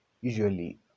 usually